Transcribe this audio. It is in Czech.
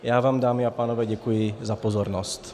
Já vám, dámy a pánové, děkuji za pozornost.